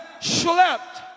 slept